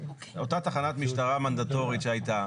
אותה תחנת משטרה מנדטורית שהייתה,